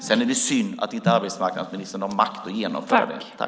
Sedan är det synd att inte arbetsmarknadsministern har makt att genomföra det.